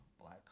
Black